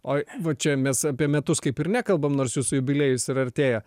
o va čia mes apie metus kaip ir nekalbam nors jūsų jubiliejus ir artėja